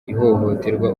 ihohoterwa